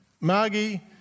Margie